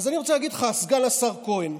אז אני רוצה להגיד לך, סגן השר כהן: